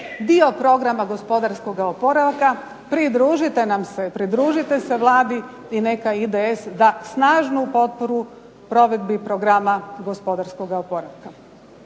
dio programa gospodarskog oporavka, pridružite nam se, pridružite se Vladi i neka IDS da snažnu potporu provedbi programa gospodarskog oporavka.